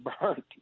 burnt